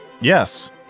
Yes